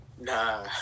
Nah